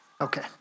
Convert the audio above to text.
Okay